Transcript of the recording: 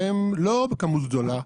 שהם לא בכמות גדולה,